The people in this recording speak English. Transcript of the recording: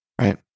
Right